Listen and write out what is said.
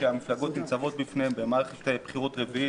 שהמפלגות ניצבות בפניו במערכת בחירות רביעית,